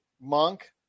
Monk